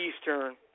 Eastern